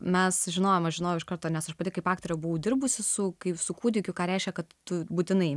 mes žinojom aš žinojau iš karto nes aš pati kaip aktorė buvau dirbusi su kai su kūdikiu ką reiškia kad tu būtinai